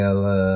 Ela